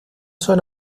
son